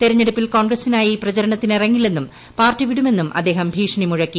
തെരെഞ്ഞെടുപ്പിൽ കോൺഗ്രസിനായി പ്രചരണത്തിനിറങ്ങില്ലെന്നും പാർട്ടി വിടുമെന്നും അദ്ദേഹം ഭീഷണി മുഴക്കി